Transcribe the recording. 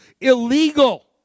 illegal